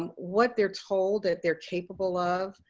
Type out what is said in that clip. um what they're told that they're capable of,